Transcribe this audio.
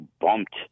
bumped